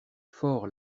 fort